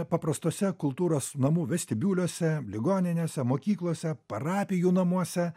paprastose kultūros namų vestibiuliuose ligoninėse mokyklose parapijų namuose